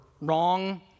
wrong